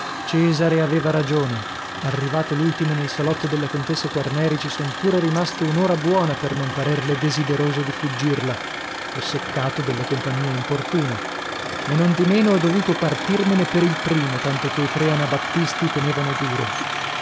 cesare aveva ragione arrivato l'ultimo nel salotto della contessa quarneri ci son pure rimasto un'ora buona per non parerle desideroso di fuggirla o seccato dalla compagnia importuna e nondimeno ho dovuto partirmene per il primo tanto quei tre anabattisti tenevano duro